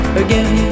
again